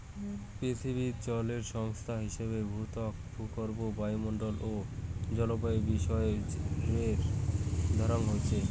পিথীবিত জলের সংস্থান হিসাবে ভূত্বক, ভূগর্ভ, বায়ুমণ্ডল ও জলবায়ুর বিষয় রে ধরা হইচে